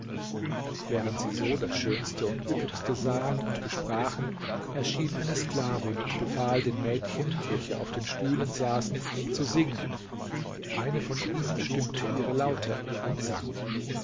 während sie so das schönste und üppigste sahen und besprachen erschien eine sklavin und befahl den mädchen welche auf den stühlen saßen zu singen eine von ihnen stimmte ihre laute und sang